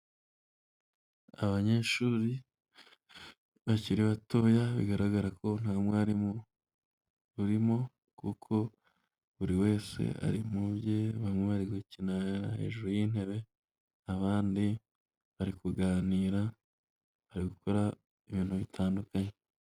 Abanyeshuri bakiri batoya, bigaragara ko nta mwarimu urimo ,kuko buri wese ari mu bye, bamwe bari gukina hejuru y'intebe, abandi bari kuganira ,bari gukora ibintu bitandukanye.